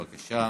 בבקשה.